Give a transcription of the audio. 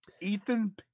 Ethan